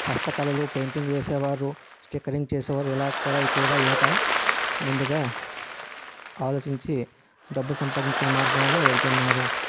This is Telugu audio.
హస్తకళలో పెయింటింగ్ వేసేవారు స్టిక్కరింగ్ చేసేవారు ఇలా కూడా ఎక్కువగా యువత ముందుగా ఆలోచించి డబ్బు సంపాదించుకుని మార్గంలో వెళ్తున్నారు